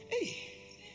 Hey